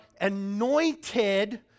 anointed